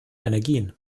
energien